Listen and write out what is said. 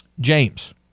James